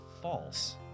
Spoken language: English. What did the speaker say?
false